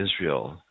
Israel